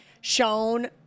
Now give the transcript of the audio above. shown